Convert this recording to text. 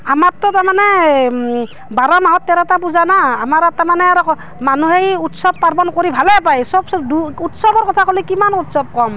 আমাৰতো তাৰমানে বাৰ মাহত তেৰটা পূজা না আমাৰ আৰ তাৰমানে আৰু ক মানুহেই উৎসৱ পাৰ্বণ কৰি ভালেই পায় চবছে দূৰ উৎসৱৰ কথা ক'লে কিমান উৎসৱ ক'ম